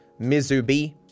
Mizubi